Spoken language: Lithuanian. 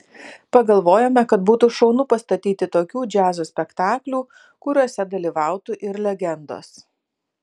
pagalvojome kad būtų šaunu pastatyti tokių džiazo spektaklių kuriuose dalyvautų ir legendos